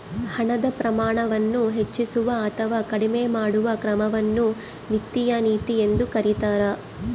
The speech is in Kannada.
ಹಣದ ಪ್ರಮಾಣವನ್ನು ಹೆಚ್ಚಿಸುವ ಅಥವಾ ಕಡಿಮೆ ಮಾಡುವ ಕ್ರಮವನ್ನು ವಿತ್ತೀಯ ನೀತಿ ಎಂದು ಕರೀತಾರ